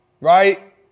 Right